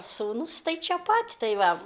sūnus tai čia pat tai va